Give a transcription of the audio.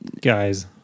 guys